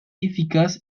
efficace